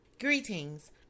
Greetings